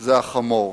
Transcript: זה החמור.